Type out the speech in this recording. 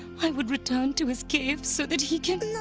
i would return to his cave so that he can, no!